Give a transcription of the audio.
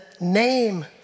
name